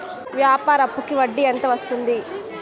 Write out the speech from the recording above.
వ్యాపార అప్పుకి వడ్డీ ఎంత వస్తుంది?